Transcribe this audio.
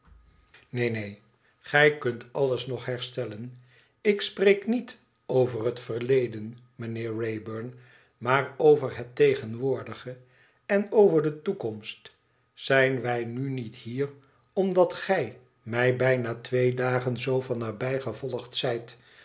neen neen gij kunt alles nog herstellen ik spreek niet over het verleden mijnheer wraybum maar over het tegenwoordige en over de toekomst zijn wij nu niet hier omdat gij mij bijna twee dagen zoo van nabij gevolgd zijt